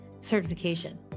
certification